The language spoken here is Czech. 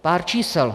Pár čísel.